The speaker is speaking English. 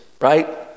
right